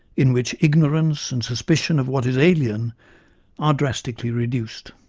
in which ignorance and suspicion of what is alien are drastically reduced.